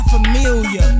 Familia